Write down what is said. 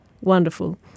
wonderful